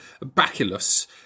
bacillus